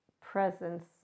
presence